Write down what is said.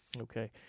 Okay